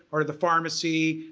or the pharmacy,